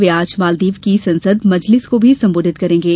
वे आज मालदीव की संसद मजलिस को भी संबोधित करेंगे